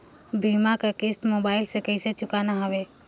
बीमा कर किस्त मोबाइल से कइसे चुकाना हवे